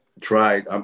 tried